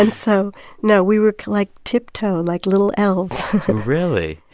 and so no, we were, like, tiptoe, like little elves really?